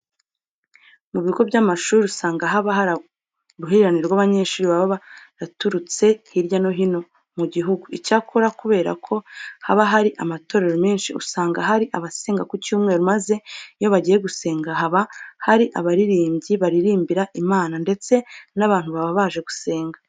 Mu bigo by'amashuri usanga haba hari uruhurirane rw'abanyeshuri baba baraturutse hirya no hino mu gihugu. Icyakora kubera ko haba hari amatorero menshi, usanga hari abasenga ku cyumweru maze iyo bagiye gusenga haba hari abaririmbyi baririmbira Imana ndetse n'abantu baba baje gusenga.